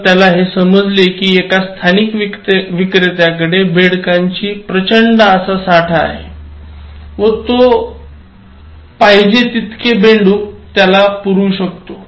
तर त्याला हे समजले की एक स्थानिक विक्रेत्याकडे बेडकांचा प्रचंड असा साठा आहे व तो पाहिजे तितके बेंडूक त्याला पुरवू शकतो